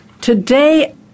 today